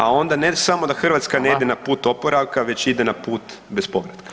A onda ne samo da Hrvatska ne ide na put oporavka već ide na put bez povratka.